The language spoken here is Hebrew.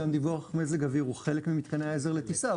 דיווח מזג האוויר הוא חלק ממתקני העזר לטיסה,